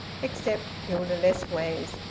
except hilda lessways,